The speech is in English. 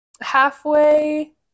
Halfway